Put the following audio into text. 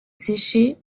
séchée